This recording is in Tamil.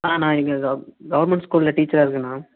ஆ நான் இங்கே கவ் கவர்மண்ட் ஸ்கூலில் டீச்சராக இருக்கேண்ணா